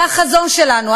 זה החזון שלנו,